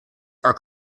are